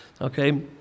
okay